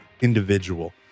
individual